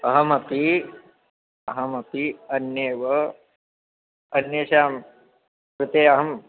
अहमपि अहमपि अन्यः एव अन्येषां कृते अहम्